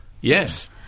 Yes